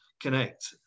connect